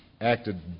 acted